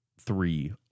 three